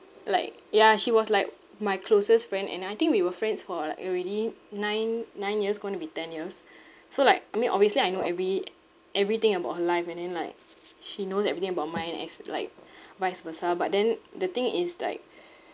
like ya she was like my closest friend and I think we were friends for like already nine nine years going to be ten years so like I mean obviously I know every~ everything about her life and then like she knows everything about mine as like vice versa but then the thing is like